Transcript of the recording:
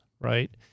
right